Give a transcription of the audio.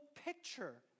picture